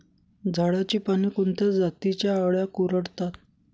झाडाची पाने कोणत्या जातीच्या अळ्या कुरडतात?